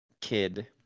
kid